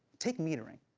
take metering.